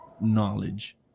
knowledge